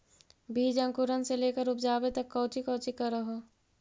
बीज अंकुरण से लेकर उपजाबे तक कौची कौची कर हो?